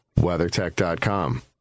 WeatherTech.com